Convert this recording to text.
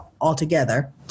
altogether